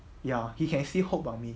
ya he can see hope on me